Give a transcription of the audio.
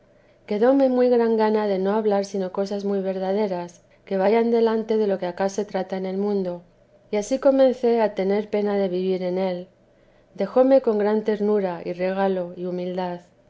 cosa quedóme muy gran gana de no hablar sino de cosas muy verdaderas que vayan adelante de lo que acá se trata en el mundo y ansí comencé a tener pena de vivir en él dejóme con gran ternura y regalo y humildad